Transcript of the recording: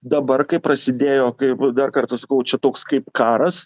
dabar kai prasidėjo kaip dar kartą sakau čia toks kaip karas